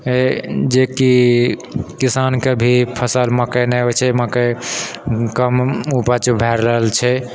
जेकि किसानकेँ भी फसल मकइ नहि होइत छै मकइ कम उपज भए रहल छै